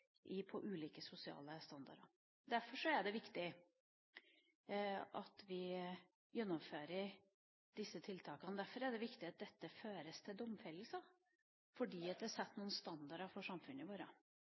på ulike sosiale standarder. Derfor tror jeg det er viktig at vi gjennomfører disse tiltakene, derfor er det viktig at dette fører til domfellelser – fordi det